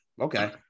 okay